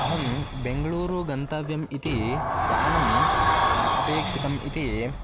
अहं बेङ्ग्ळूरु गन्तव्यम् इति यानम् अपेक्षितम् इति